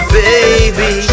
baby